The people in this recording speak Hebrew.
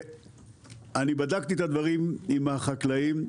אני בדקתי את הדברים עם החקלאים,